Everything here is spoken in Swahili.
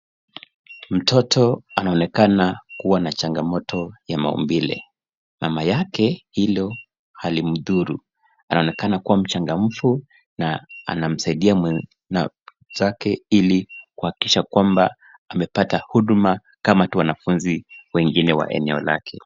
Mtoto anaonekana kua na changamoto ya maumbile. Mama yake hilo halimthuru. Anaonekana kua mchangamfu na anamsaidia mwenzake ili kuhakikisha kwamba amepata huduma kama tu wanafunzi wengine wa eneo lake.